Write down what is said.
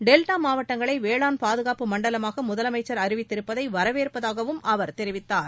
delta மாவட்டங்களை வேளாண் பாதுகாப்பு மண்டலமாக முதலமைச்சர் அறிவித்திருப்பதை வரவேற்பதாகவும் அவர் தெரிவித்தார்